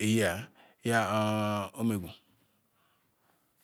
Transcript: eyi-ah or ormegwu